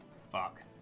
Fuck